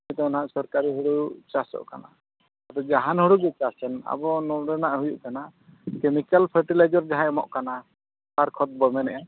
ᱱᱤᱛᱚᱜ ᱱᱟᱦᱟᱜ ᱥᱚᱨᱠᱟᱨᱤ ᱦᱩᱲᱩ ᱪᱟᱥᱚᱜ ᱠᱟᱱᱟ ᱟᱫᱚ ᱡᱟᱦᱟᱱ ᱦᱩᱲᱩᱜᱮ ᱪᱟᱥᱮᱱ ᱟᱵᱚ ᱱᱚᱰᱮᱱᱟᱜ ᱦᱩᱭᱩᱜ ᱠᱟᱱᱟ ᱠᱮᱢᱤᱠᱮᱞ ᱯᱷᱟᱨᱴᱤᱞᱟᱭᱡᱟᱨ ᱡᱟᱦᱟᱸᱭ ᱮᱢᱚᱜ ᱠᱟᱱᱟ ᱥᱟᱨ ᱠᱷᱚᱫᱽᱵᱚ ᱢᱮᱱᱮᱫᱼᱟ